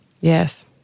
Yes